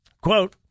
quote